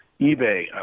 eBay